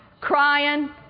crying